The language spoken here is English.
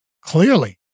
Clearly